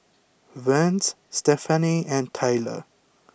Vance Stephany and Tylor